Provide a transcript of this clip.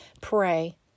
Pray